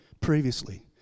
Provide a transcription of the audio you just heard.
previously